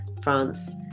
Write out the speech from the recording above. France